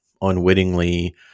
unwittingly